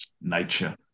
nature